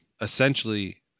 essentially